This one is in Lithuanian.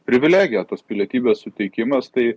privilegija tos pilietybės suteikimas tai